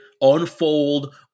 unfold